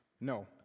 No